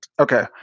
Okay